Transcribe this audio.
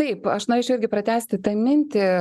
taip aš norėčiau irgi pratęsti tą mintį